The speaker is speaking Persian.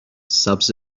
سبز